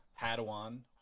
Padawan